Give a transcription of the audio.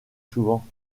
souvent